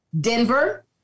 Denver